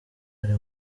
ari